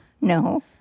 No